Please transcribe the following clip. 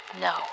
No